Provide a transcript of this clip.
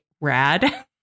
rad